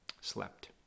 slept